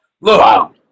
Look